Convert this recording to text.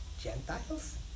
Gentiles